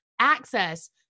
Access